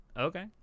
okay